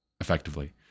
effectively